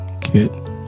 Kid